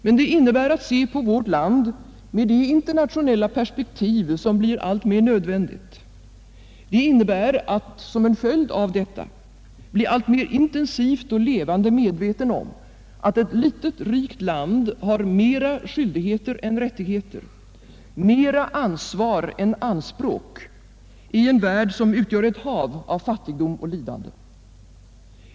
Men detta innebär att se på vårt land med det internationella perspektiv som blir alltmer nödvändigt, och det innebär att man blir alltmer intensivt och levande medveten om att ett litet rikt land har mera skyldigheter än rättigheter, mera ansvar än anspråk i en värld som utgör ett hav av fattigdom och lidande.